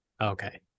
Okay